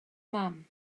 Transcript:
mam